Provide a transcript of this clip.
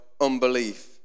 unbelief